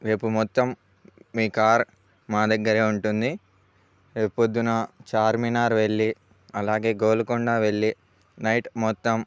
రేపు మొత్తం మీ కార్ మా దగ్గరే ఉంటుంది రేపు ప్రొద్దున చార్మినార్ వెళ్ళి అలాగే గోల్కొండ వెళ్ళి నైట్ మొత్తం